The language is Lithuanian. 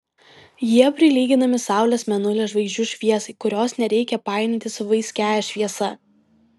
jie prilyginami saulės mėnulio žvaigždžių šviesai kurios nereikia painioti su vaiskiąja šviesa